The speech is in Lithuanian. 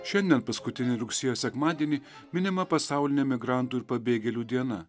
šiandien paskutinį rugsėjo sekmadienį minima pasaulinė migrantų ir pabėgėlių diena